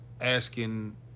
asking